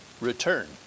return